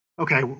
Okay